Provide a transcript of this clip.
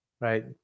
right